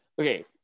okay